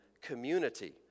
community